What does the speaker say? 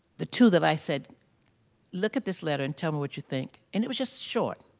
the two that i said look at this letter and tell me what you think and it was just short.